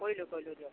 কৰিলোঁ কৰিলোঁ দিয়ক